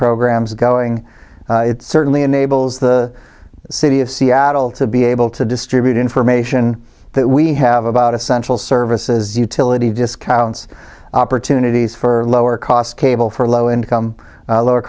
programs going it certainly enables the city of seattle to be able to distribute information that we have about essential services utility discounts opportunities for lower cost cable for low income lower